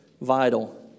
vital